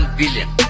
billion